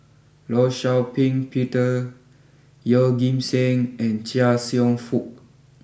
Law Shau Ping Peter Yeoh Ghim Seng and Chia Cheong Fook